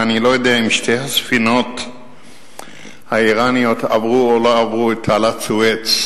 אני לא יודע אם שתי הספינות האירניות עברו או לא עברו את תעלת סואץ,